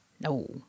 No